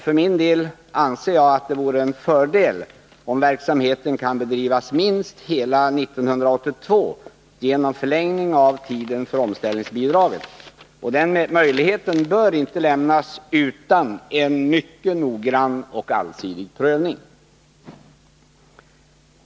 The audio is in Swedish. För min del anser jag att det vore en fördel om verksamheten kan bedrivas minst under hela år 1982 genom förlängning av tiden för omställningsbidraget. Den möjligheten bör inte lämnas utan en mycket noggrann och allsidig prövning.